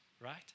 right